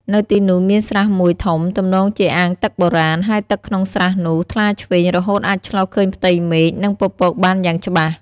នៅទីនោះមានស្រះមួយធំ ទំនងជាអាងទឹកបុរាណ ហើយទឹកក្នុងស្រះនោះថ្លាឈ្វេង រហូតអាចឆ្លុះឃើញផ្ទៃមេឃ និងពពកបានយ៉ាងច្បាស់។